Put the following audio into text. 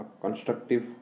constructive